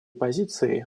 позицией